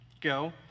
Go